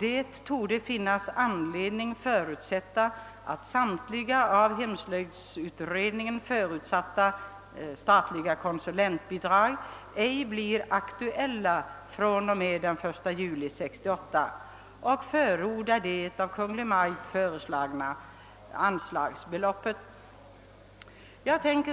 »Det torde finnas anledning förutsätta att samtliga av hemslöjdsutredningen förutsatta statliga konsulentbidrag ej blir aktuella redan fr.o.m. den 1 juli 1968.» Utskottet förordar därför det av Kungl. Maj:t föreslagna anslagsbeloppet. Herr talman!